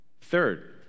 Third